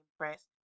impressed